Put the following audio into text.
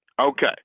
Okay